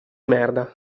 merda